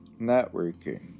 networking